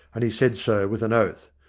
and he said so, with an oath.